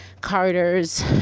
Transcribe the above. carter's